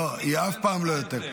לא, היא אף פעם לא יותר.